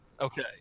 Okay